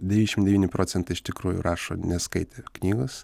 devyniasdešim devyni procentai iš tikrųjų rašo neskaitę knygos